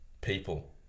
people